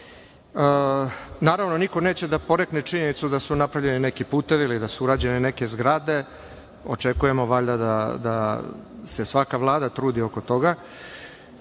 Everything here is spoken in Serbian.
nas. Naravno, niko neće da porekne činjenicu da su napravljeni neki putevi ili da su urađene neke zgrade, očekujemo valjda da se svaka Vlada trudi oko toga,